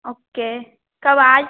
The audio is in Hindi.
ओके कब आज